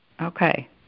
Okay